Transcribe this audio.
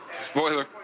Spoiler